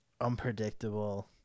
unpredictable